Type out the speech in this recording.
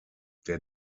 der